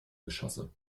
geschosse